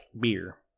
beer